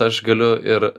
aš galiu ir